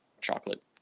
chocolate